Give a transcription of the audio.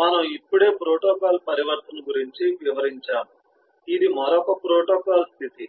మనము ఇప్పుడే ప్రోటోకాల్ పరివర్తన గురించి వివరించాము ఇది మరొక ప్రోటోకాల్ స్థితి